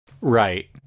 Right